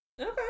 Okay